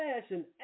fashion